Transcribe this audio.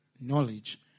knowledge